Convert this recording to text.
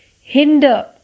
hinder